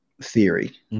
theory